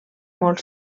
molt